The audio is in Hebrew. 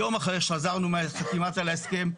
יום אחרי שעזבנו מחתימה על ההסכם,